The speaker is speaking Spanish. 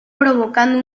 provocando